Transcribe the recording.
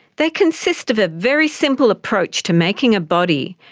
they consist of a very simple approach to making a body,